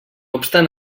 obstant